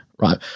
Right